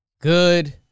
Good